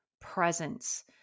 presence